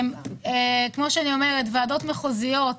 כמו שאני אומרת: ועדות מחוזיות,